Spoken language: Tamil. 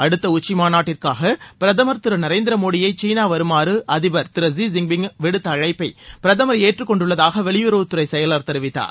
அடுத்த உச்சிமாநாட்டிற்காக பிரதமர் திரு நரேந்திர மோடியை சீனா வருமாறு அதிபர் திரு ஷி ஜின்பிங் விடுத்த அழைப்பை பிரதமர் ஏற்றுக் கொண்டுள்ளதாக வெளியுறவுத் துறை செயலர் தெரிவித்தார்